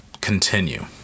continue